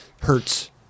hurts